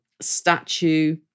statue